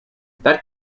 that